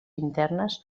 internes